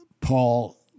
Paul